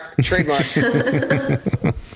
trademark